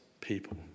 people